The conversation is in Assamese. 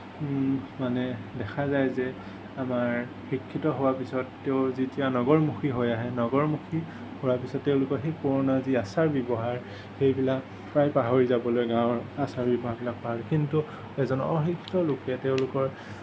মানে দেখা যায় যে আমাৰ শিক্ষিত হোৱাৰ পিছত তেওঁ যেতিয়া নগৰমুখী হৈ আহে নগৰমুখী হোৱাৰ পিছত তেওঁলোকৰ সেই পুৰণা যি আচাৰ ব্যৱহাৰ সেইবিলাক প্ৰায় পাহৰি যাব লয় গাঁৱৰ আচাৰ ব্যৱহাৰবিলাক কিন্তু এজন অশিক্ষিত লোকে তেওঁলোকৰ